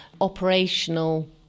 operational